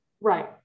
Right